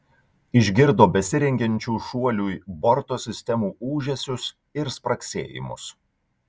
išgirdo besirengiančių šuoliui borto sistemų ūžesius ir spragsėjimus